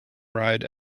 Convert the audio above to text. ride